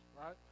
right